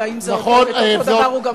והאם אותו דבר הוא גם אומר באנגלית.